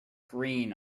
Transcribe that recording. green